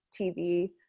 tv